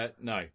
No